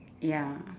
ya